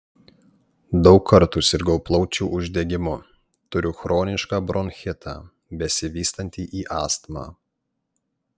daug kartų sirgau plaučių uždegimu turiu chronišką bronchitą besivystantį į astmą